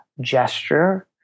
gesture